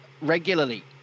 regularly